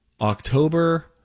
October